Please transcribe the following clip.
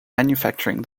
manufacturing